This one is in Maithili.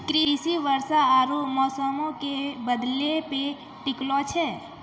कृषि वर्षा आरु मौसमो के बदलै पे टिकलो छै